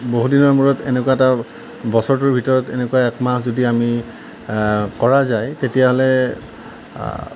বহুদিনৰ মূৰত এনেকুৱা এটা বছৰটোৰ ভিতৰত এনেকুৱা এক মাহ যদি আমি কৰা যায় তেতিয়াহ'লে